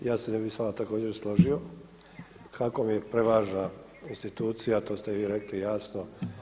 Ja se ne bih s vama također složio, kako mi je prevažna institucija to ste vi rekli jasno.